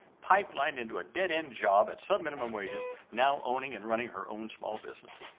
pipelined into a dead end job at subminimum wages, now owning and running her own small business.